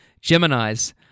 Gemini's